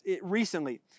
recently